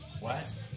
West